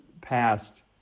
passed